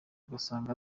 ugasanga